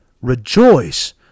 Rejoice